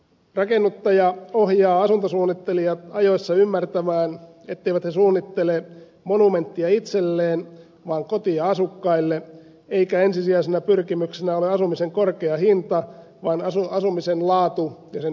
rakennuttaja ohjaa asuntosuunnittelijat ajoissa ymmärtämään että nämä eivät suunnittele monumenttia itselleen vaan kotia asukkaille eikä ensisijaisena pyrkimyksenä ole asumisen korkea hinta vaan asumisen laatu ja sen edullisuus